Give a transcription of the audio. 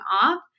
off